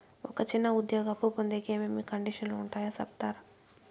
ఒక చిన్న ఉద్యోగి అప్పు పొందేకి ఏమేమి కండిషన్లు ఉంటాయో సెప్తారా?